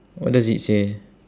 what does it say